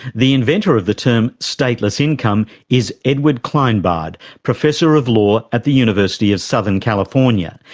the inventor of the term stateless income is edward kleinbard, professor of law at the university of southern california,